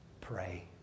pray